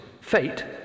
Fate